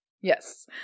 Yes